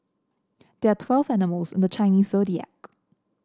there are twelve animals in the Chinese Zodiac